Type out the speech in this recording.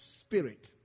spirit